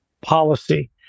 policy